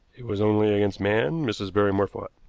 it was only against man mrs. barrymore fought.